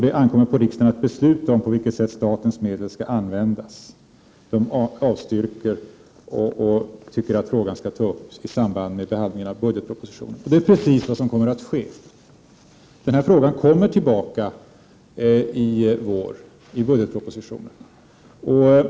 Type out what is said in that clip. Det ankommer på riksdagen att besluta på vilket sätt statens medel skall användas.” Finansutskottet avstyrker och anser att frågan bör tas upp i samband med behandlingen av budgetpropositionen. Och det är precis vad som kommer att ske — den här frågan kommer tillbaka i vår.